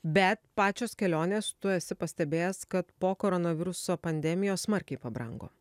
bet pačios kelionės tu esi pastebėjęs kad po koronaviruso pandemijos smarkiai pabrango